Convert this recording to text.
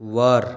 वर